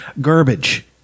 garbage